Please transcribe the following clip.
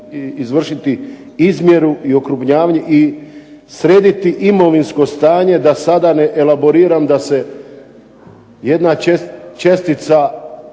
izvršiti izmjeru i …/Govornik se ne razumije./… i srediti imovinsko stanje da sada ne elaboriram da se jedna čestica